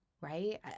right